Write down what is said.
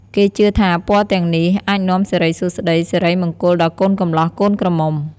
គេជឿថាពណ៌ទាំងនោះអាចនាំសេរីសួស្តី សេរីមង្គលដល់កូនកំលោះ កូនក្រមុំ។